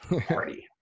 party